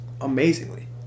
amazingly